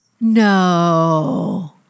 No